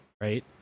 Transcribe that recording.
right